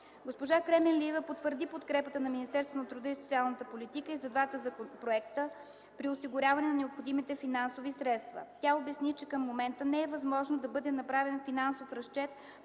Госпожа Кременлиева потвърди подкрепата на Министерството на труда и социалната политика и за двата законопроекта при осигуряване на необходимите финансови средства. Тя обясни, че към момента не е възможно да бъде направен финансов разчет